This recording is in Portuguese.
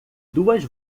duas